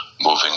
moving